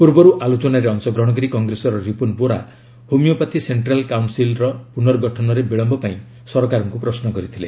ପୂର୍ବରୁ ଆଲୋଚନାରେ ଅଂଶଗ୍ରହଣ କରି କଂଗ୍ରେସର Ripun Bora homeopathy central council ର ପୁନର୍ଗଠନରେ ବିଳମ୍ବ ପାଇଁ ସରକାରଙ୍କୁ ପ୍ରଶ୍ନ କରିଥିଲେ